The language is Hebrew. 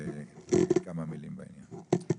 לומר כמה מילים בעניין.